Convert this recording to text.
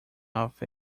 off